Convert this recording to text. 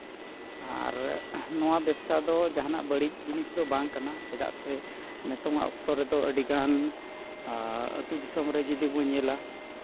ᱟᱨ ᱱᱚᱣᱟ ᱵᱮᱵᱽᱥᱟ ᱫᱚ ᱡᱟᱦᱟᱱᱟᱜ ᱵᱟᱹᱲᱤᱡ ᱡᱤᱱᱤᱥ ᱫᱚ ᱵᱟᱝ ᱠᱟᱱᱟ ᱪᱮᱫᱟᱜ ᱥᱮ ᱱᱤᱛᱚᱝ ᱟᱜ ᱚᱠᱛᱚ ᱨᱮᱫᱚ ᱟᱹᱰᱤᱜᱟᱱ ᱟᱛᱳ ᱫᱤᱥᱚᱢ ᱨᱮ ᱡᱩᱫᱤ ᱵᱚᱱ ᱧᱮᱞᱟ